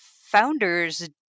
founders